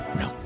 no